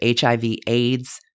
HIV/AIDS